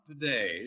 today